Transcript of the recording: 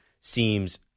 seems